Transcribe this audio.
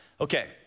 Okay